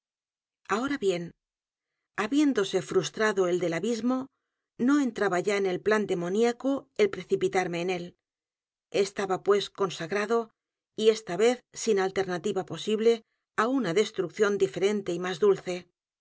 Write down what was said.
ahora bien habiéndose frustrado el del abismo no entraba ya en el plan demoniaco el precipitarme en él estaba pues consagrado y esta vez sin alternativa posible á una destrucción diferente y más dulce